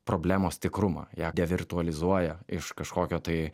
problemos tikrumą ją devirtualizuoja iš kažkokio tai